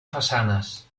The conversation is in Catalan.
façanes